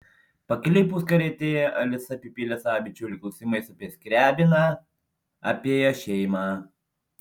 pakeliui puskarietėje alisa apipylė savo bičiulį klausimais apie skriabiną apie jo šeimą